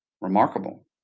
remarkable